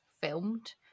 filmed